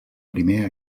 primer